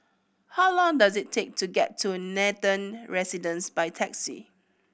how long does it take to get to Nathan Residences by taxi